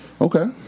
Okay